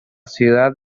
ciudad